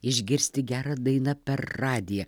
išgirsti gerą dainą per radiją